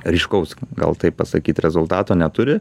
ryškaus gal taip pasakyti rezultato neturi